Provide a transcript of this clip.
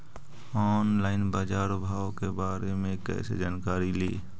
Online बाजार भाव के बारे मे कैसे जानकारी ली?